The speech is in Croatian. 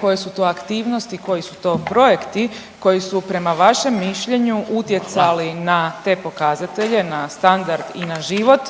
koje su to aktivnosti, koji su to projekti koji su prema vašem mišljenju utjecali …/Upadica: Hvala./… na te pokazatelje, na standard i na život,